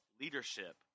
leadership